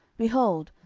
behold,